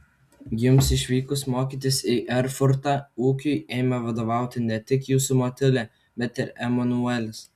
jums išvykus mokytis į erfurtą ūkiui ėmė vadovauti ne tik jūsų motulė bet ir emanuelis